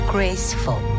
Graceful